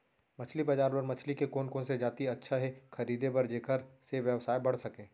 मछली बजार बर मछली के कोन कोन से जाति अच्छा हे खरीदे बर जेकर से व्यवसाय बढ़ सके?